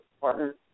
partner